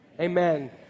Amen